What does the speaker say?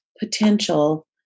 potential